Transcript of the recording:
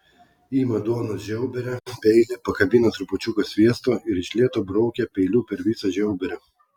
ima duonos žiauberę peilį pakabina trupučiuką sviesto ir iš lėto braukia peiliu per visą žiauberę